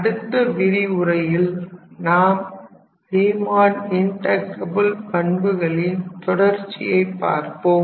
அடுத்த விரிவுரையில் நாம் ரீமன் இன்டகிரபில் பண்புகளின் தொடர்ச்சியை பார்ப்போம்